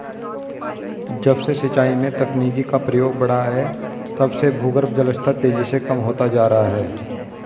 जब से सिंचाई में तकनीकी का प्रयोग बड़ा है तब से भूगर्भ जल स्तर तेजी से कम होता जा रहा है